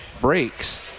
Breaks